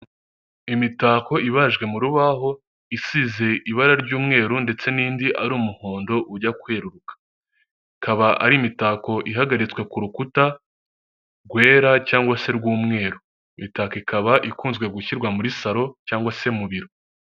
Imitako ibajwe mu rubaho isize ibara ry'umweru ndetse n'indi ari umuhondo ujya kweruka ikaba ari imitako ihagaritswe ku rukuta rwera cyangwa se rw'umweru. Imitako ikaba ikunzwe gushyirwa muri salo cyangwa se mu biro.